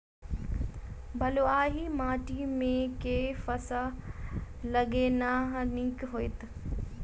बलुआही माटि मे केँ फसल लगेनाइ नीक होइत?